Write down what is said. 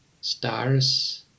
stars